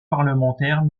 parlementaires